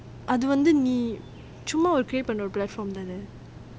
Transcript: அது வந்து நீ சும்மா ஒரு:athu vanthu nee summa oru create பண்ற build up தானே:thaanae